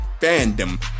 fandom